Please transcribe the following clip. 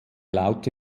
laute